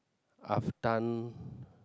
I've done